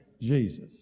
Jesus